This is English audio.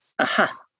aha